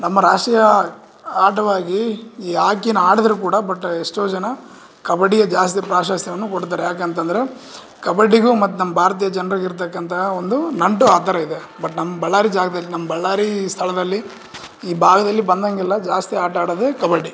ನಮ್ಮ ರಾಷ್ಟ್ರೀಯ ಆಟವಾಗಿ ಈ ಆಕಿನ ಆಡದ್ರೂ ಕೂಡ ಬಟ್ ಎಷ್ಟೋ ಜನ ಕಬಡ್ಡಿಗೆ ಜಾಸ್ತಿ ಪ್ರಾಶಸ್ತ್ಯವನ್ನು ಕೊಡ್ತಾರೆ ಯಾಕೆಂತಂದರೆ ಕಬಡ್ಡಿಗೂ ಮತ್ತು ನಮ್ಮ ಭಾರತೀಯ ಜನ್ರಿಗೆ ಇರತಕ್ಕಂಥ ಒಂದು ನಂಟು ಆ ಥರ ಇದೆ ಬಟ್ ನಮ್ಮ ಬಳ್ಳಾರಿ ಜಾಗದಲ್ಲಿ ನಮ್ಮ ಬಳ್ಳಾರಿ ಸ್ಥಳದಲ್ಲಿ ಈ ಭಾಗದಲ್ಲಿ ಬಂದಂಗಿಲ್ಲ ಜಾಸ್ತಿ ಆಟ ಆಡೋದೇ ಕಬಡ್ಡಿ